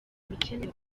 ibikenewe